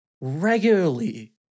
regularly